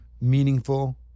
meaningful